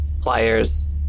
Pliers